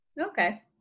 Okay